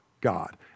God